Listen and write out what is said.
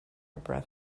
breath